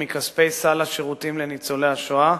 מכספי סל השירותים לניצולי השואה,